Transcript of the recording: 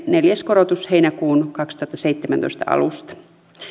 neljäs korotus heinäkuun kaksituhattaseitsemäntoista alusta